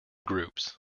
groups